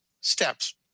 steps